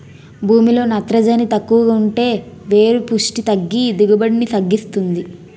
భూమిలో నత్రజని తక్కువుంటే వేరు పుస్టి తగ్గి దిగుబడిని తగ్గిస్తుంది